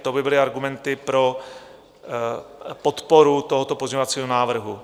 To by byly argumenty pro podporu tohoto pozměňovacího návrhu.